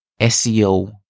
SEO